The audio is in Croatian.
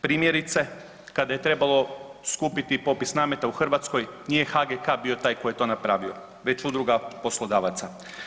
Primjerice, kada je trebalo skupiti popis nameta u Hrvatskoj, nije HGK bio taj koji je to napravio već Udruga poslodavaca.